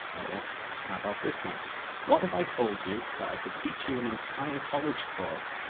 or, how about this one what if i told you, that i could teach you an entire college course,